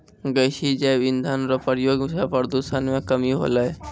गैसीय जैव इंधन रो प्रयोग से प्रदूषण मे कमी होलै